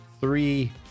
three